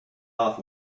off